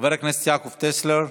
חבר הכנסת יעקב טסלר,